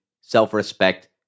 self-respect